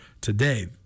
today